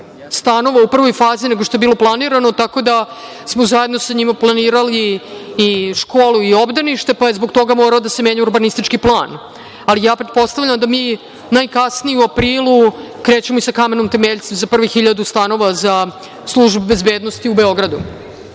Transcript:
stanova u prvoj fazi nego što je bilo planirano, tako da smo zajedno sa njima planirali i školu i obdanište, pa je zbog toga morao da se menja urbanistički plan. Ali, ja pretpostavljam da mi najkasnije u aprilu krećemo i sa kamenom temeljcem za prvih 1.000 stanova za službe bezbednosti u Beogradu. Do